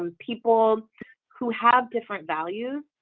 um people who have different values